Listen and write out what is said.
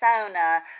persona